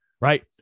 right